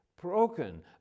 broken